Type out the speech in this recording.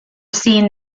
seen